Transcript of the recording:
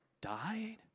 died